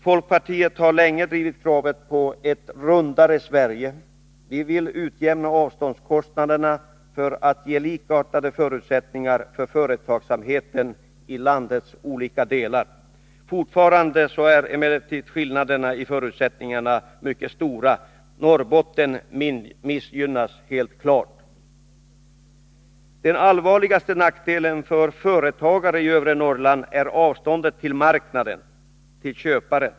Folkpartiet har länge drivit kravet på ett ”rundare” Sverige. Vi vill utjämna avståndskostnaderna för att ge likartade förutsättningar för företagsamheten i landets olika delar. Fortfarande är emellertid skillnaderna i förutsättningarna mycket stora. Norrbotten missgynnas helt klart. Den allvarligaste nackdelen för företagare i övre Norrland är avståndet till marknaden, till köparen.